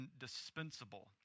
indispensable